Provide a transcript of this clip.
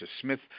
Smith